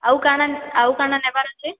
ଆଉ କାଣା ଆଉ କାଣା ନେବାର୍ ଅଛେ